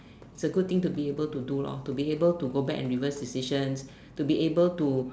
it's a good thing to be able to do lor to be able to go back and reverse decisions to be able to